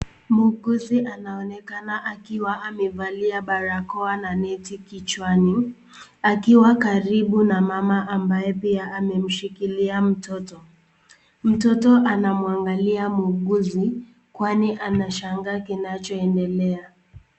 Muuguzi anaonekana akiwa amevalia barakoa na neti kichwani, akiwa karibu na mama ambaye pia amemshikilia mtoto . Mtoto anamuangalia muuguzi kwani anashangaa kinachoendelea.